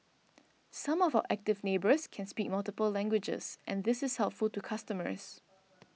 some of Active Neighbours can speak multiple languages and this is helpful to customers